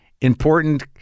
important